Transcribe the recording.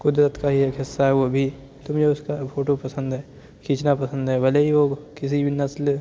قدرت کا ہی ایک حصّہ ہے وہ بھی تو مجھے اُس کا فوٹو پسند ہے کھینچنا پسند ہے بھلے ہی وہ کسی بھی نسل